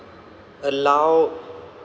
allow